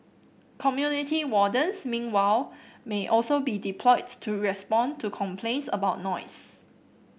community wardens meanwhile may also be deployed to respond to complaints about noise